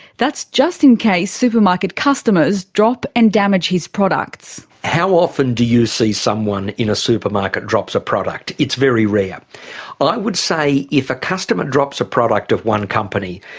that's just in case supermarket customers drop and damage his products. how often do you see someone in a supermarket drop a product? it's very rare. i would say if a customer drops a product of one company,